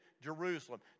Jerusalem